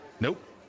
Nope